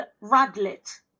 Radlett